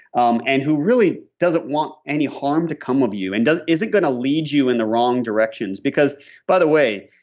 um and who really doesn't want any harm to come of you. and isn't going to lead you in the wrong direction. because by the way,